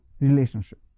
relationship